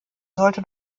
sollte